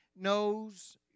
knows